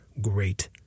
great